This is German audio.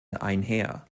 einher